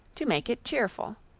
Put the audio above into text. to make it cheerful.